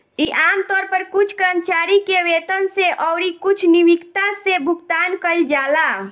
इ आमतौर पर कुछ कर्मचारी के वेतन से अउरी कुछ नियोक्ता से भुगतान कइल जाला